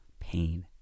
pain